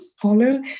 follow